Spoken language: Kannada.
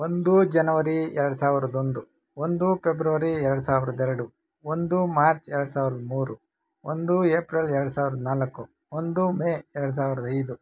ಒಂದು ಜನವರಿ ಎರಡು ಸಾವಿರದ ಒಂದು ಒಂದು ಪೆಬ್ರವರಿ ಎರಡು ಸಾವಿರದ ಎರಡು ಒಂದು ಮಾರ್ಚ್ ಎರಡು ಸಾವಿರದ ಮೂರು ಒಂದು ಎಪ್ರಿಲ್ ಎರಡು ಸಾವಿರದ ನಾಲ್ಕು ಒಂದು ಮೇ ಎರಡು ಸಾವಿರದ ಐದು